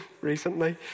recently